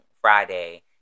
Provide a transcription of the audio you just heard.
Friday